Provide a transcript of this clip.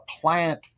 plant